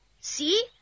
See